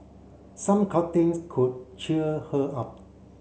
some could cheer her up